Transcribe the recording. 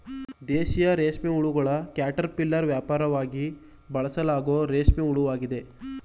ದೇಶೀಯ ರೇಷ್ಮೆಹುಳುಗಳ ಕ್ಯಾಟರ್ಪಿಲ್ಲರ್ ವ್ಯಾಪಕವಾಗಿ ಬಳಸಲಾಗೋ ರೇಷ್ಮೆ ಹುಳುವಾಗಿದೆ